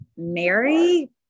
mary